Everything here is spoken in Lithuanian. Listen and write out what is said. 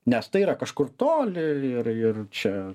nes tai yra kažkur toli ir ir čia